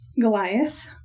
Goliath